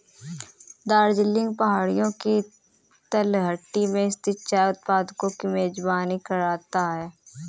दार्जिलिंग पहाड़ियों की तलहटी में स्थित चाय उत्पादकों की मेजबानी करता है